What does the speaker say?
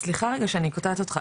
סליחה רגע שאני קוטעת אותך,